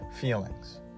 feelings